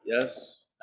yes